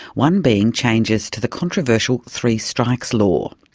one being changes to the controversial three strikes law.